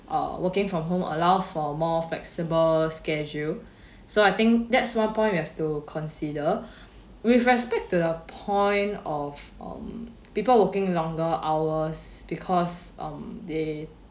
err working from home allows for more flexible schedule so I think that's one point we have to consider with respect to the point of um people working longer hours because um they